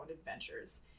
adventures